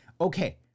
okay